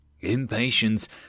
Impatience